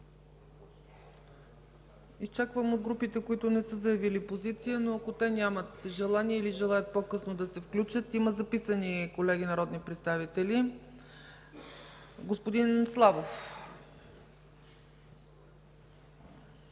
Изчаквам от групите, които не са заявили позиция, но ако те нямат желание или желаят по-късно да се включат, има записани за изказване колеги – народни представители. Господин Славов.